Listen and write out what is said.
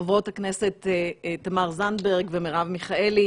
חברות הכנסת תמר זנדברג ומרב מיכאלי,